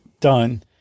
done